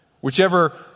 Whichever